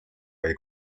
või